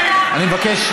אני מבקש,